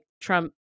Trump